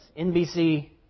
NBC